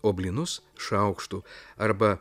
o blynus šaukštu arba